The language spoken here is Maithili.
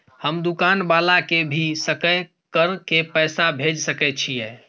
हम दुकान वाला के भी सकय कर के पैसा भेज सके छीयै?